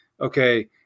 okay